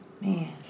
Man